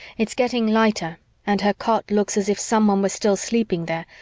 it's getting lighter and her cot looks as if someone were still sleeping there,